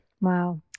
Wow